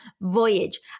Voyage